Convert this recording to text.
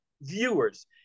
viewers